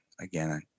again